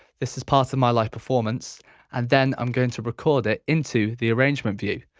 this is part of my live performance then i'm going to record it into the arrangement view.